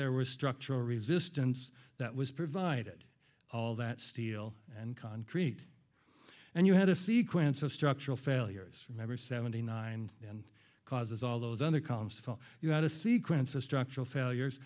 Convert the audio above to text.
there was structural resistance that was provided all that steel and concrete and you had a sequence of structural failures remember seventy nine and causes all those other columns to fall you had a sequence of structural failures